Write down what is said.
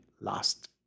last